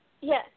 Yes